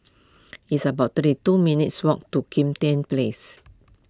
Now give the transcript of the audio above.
it's about thirty two minutes' walk to Kim Tian Place